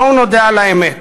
בואו נודה על האמת: